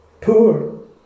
poor